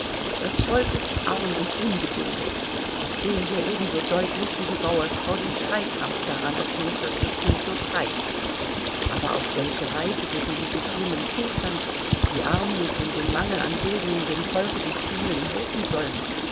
das volk ist arm und ungebildet das sehen wir ebenso deutlich wie die bauersfrau den schreikrampf daran erkennt daß das kind so schreit aber auf welche weise gegen diesen schlimmen zustand die armut und den mangel an bildung dem volke die schulen helfen sollen